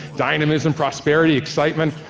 dynamism, prosperity, excitement,